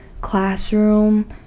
classroom